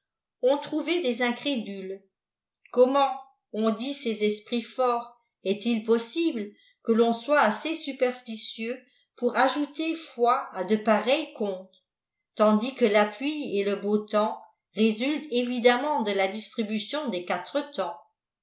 trouvé des incrédules comment ont dit ces esprits forts est-il poflr sible que ton soit assez superstitieux pour ajouter foi à de pareils contes tandis que la pluie et le beau temps résultent évidemment de la distribution des quatre-temps si